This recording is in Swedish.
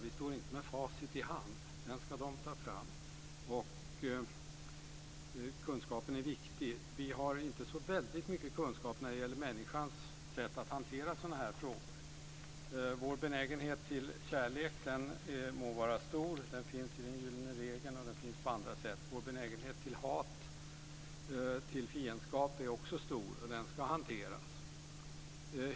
Vi står inte med facit i hand. Det ska de ta fram. Kunskapen är viktig. Vi har inte så väldigt mycket kunskap när det gäller människans sätt att hantera sådana här frågor. Vår benägenhet till kärlek må vara stor. Den finns i den gyllene regeln, och den finns på andra sätt. Vår benägenhet till hat och till fiendskap är också stor, och den ska hanteras.